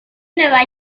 nueva